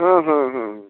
ᱦᱮᱸ ᱦᱮᱸ ᱦᱮᱸ